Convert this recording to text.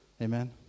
Amen